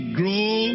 grow